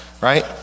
right